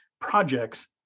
projects